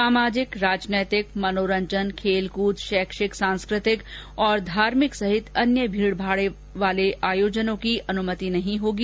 सामाजिक राजनैतिक मनोरंजन खेलकृद शैक्षिक सांस्कृतिक और धार्मिक सहित अन्य भीडभाड वाले आयोजनों की अनुमति नहीं होगी